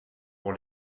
pour